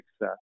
success